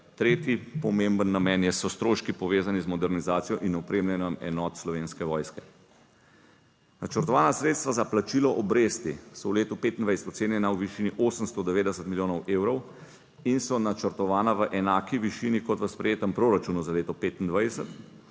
tretji pomemben namen so stroški povezani z modernizacijo in opremljanjem enot slovenske vojske. Načrtovana sredstva za plačilo obresti so v letu 2025 ocenjena v višini 890 milijonov evrov in so načrtovana v enaki višini kot v sprejetem proračunu za leto 2025.